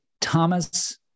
Thomas